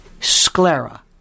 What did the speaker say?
Sclera